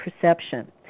perception